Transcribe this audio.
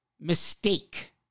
mistake